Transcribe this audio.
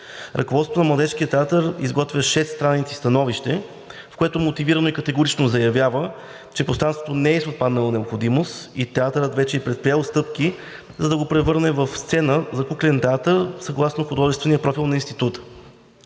Ръководството на Младежкия театър изготвя шест страници становище, в което мотивирано и категорично заявява, че пространството не е с отпаднала необходимост и театърът вече е предприел стъпки, за да го превърне в Сцена за куклен театър съгласно художествения профил на института.